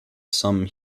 sum